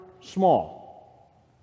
small